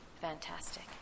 Fantastic